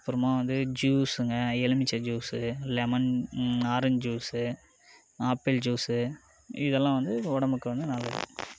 அப்புறமா வந்து ஜூஸுங்க எலுமிச்சை juice lemon orange juice apple juice இதெல்லாம் வந்து உடம்புக்கு வந்து நல்லது